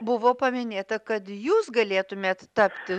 buvo paminėta kad jūs galėtumėt tapti